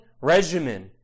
regimen